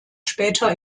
später